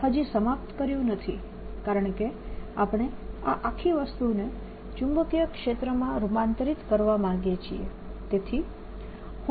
આપણે હજી સમાપ્ત કર્યું નથી કારણકે આપણે આ આખી વસ્તુને ચુંબકીય ક્ષેત્રમાં રૂપાંતરિત કરવા માગીએ છીએ